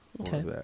okay